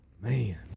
Man